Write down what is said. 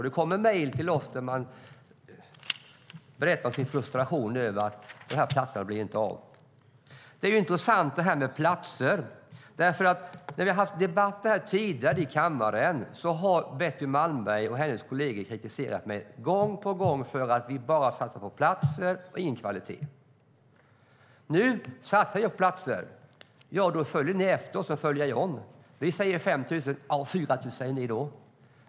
Det kommer mejl till oss där de berättar om sin frustration över att platserna inte kommer att bli verklighet. Det är intressant när det gäller platser. I tidigare debatter här i kammaren har du, Betty Malmberg, och dina kolleger gång på gång kritiserat mig för att vi bara satsar på platser och inte på kvalitet. Nu satsar vi på platser. Då följer ni efter oss, som i Följa John. Vi säger 5 000; då säger ni 4 000.